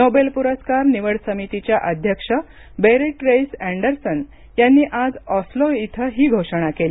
Nobel पुरस्कार निवड समितीच्या अध्यक्ष बेरिट रेइस अँडरसन यांनी आज ऑस्लो इथं ही घोषणा केली